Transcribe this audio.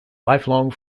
lifelong